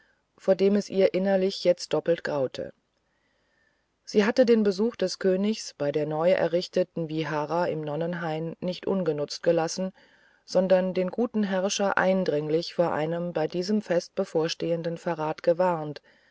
vor dem es ihr innerlich jetzt doppelt graute sie hatte den besuch des königs bei der neu errichteten vihara im nonnenheim nicht unbenutzt gelassen sondern den guten herrscher eindringlich vor einem bei diesem fest bevorstehenden verrat gewarnt